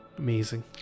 amazing